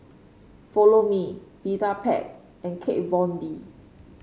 Follow Me Vitapet and Kat Von D